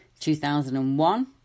2001